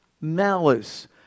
malice